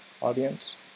audience